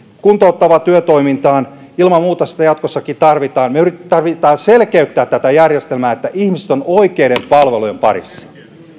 kuntouttavaan työtoimintaan ilman muuta sitä jatkossakin tarvitaan meidän tarvitsee selkeyttää tätä järjestelmää niin että ihmiset ovat oikeiden palvelujen parissa